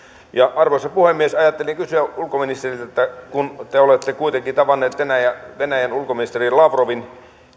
arvoisa puhemies ajattelin kysyä ulkoministeriltä että kun te olette kuitenkin tavannut venäjän ulkoministeri lavrovin